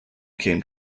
came